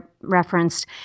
referenced